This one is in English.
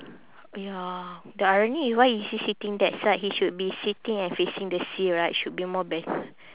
ya the irony is why is he sitting that side he should be sitting and facing the sea right should be more bet~